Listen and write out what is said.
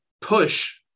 push